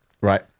Right